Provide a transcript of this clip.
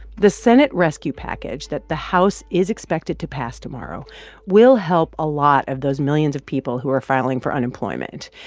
the senate rescue package that the house is expected to pass tomorrow will help a lot of those millions of people who are filing for unemployment.